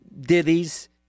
ditties